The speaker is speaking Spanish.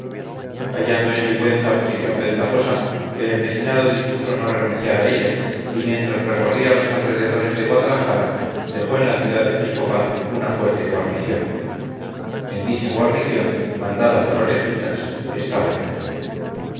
hallando en sigüenza posición ventajosa el empecinado dispuso no renunciar a ella y mientras recorría los alrededores de guadalajara dejó en la ciudad episcopal una fuerte guarnición en dicha guarnición mandada por orejitas estaba yo